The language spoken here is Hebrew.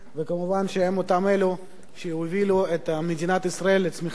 וכמובן שהם אותם אלו שהובילו את מדינת ישראל לצמיחה